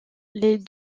les